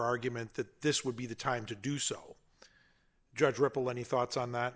argument that this would be the time to do so judge repl any thoughts on that